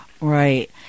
Right